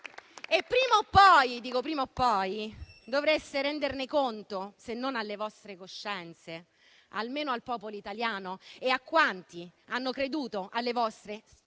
e prima o poi - dico prima o poi - dovreste renderne conto se non alle vostre coscienze, almeno al popolo italiano e a quanti hanno creduto alle vostre spudorate